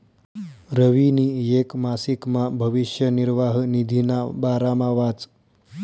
रवीनी येक मासिकमा भविष्य निर्वाह निधीना बारामा वाचं